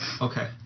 Okay